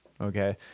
Okay